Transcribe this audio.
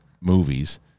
movies